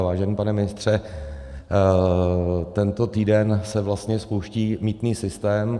Vážený pane ministře, tento týden se vlastně spouští mýtný systém.